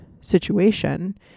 situation